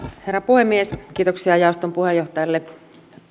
herra puhemies kiitoksia jaoston puheenjohtajalle